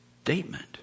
statement